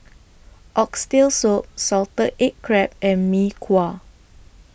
Oxtail Soup Salted Egg Crab and Mee Kuah